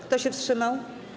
Kto się wstrzymał?